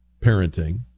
parenting